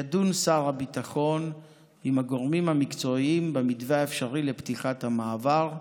ידון שר הביטחון עם הגורמים המקצועיים במתווה האפשרי לפתיחת המעבר.